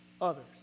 others